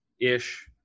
Ish